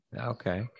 Okay